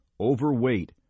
Overweight